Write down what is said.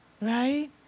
Right